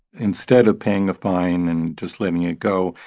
instead of paying a fine and just letting it go,